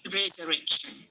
resurrection